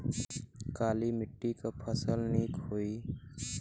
काली मिट्टी क फसल नीक होई?